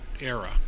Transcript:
era